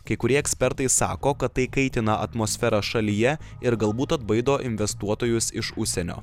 kai kurie ekspertai sako kad tai kaitina atmosferą šalyje ir galbūt atbaido investuotojus iš užsienio